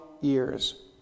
years